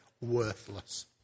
worthless